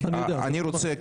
48. אני רוצה לנמק.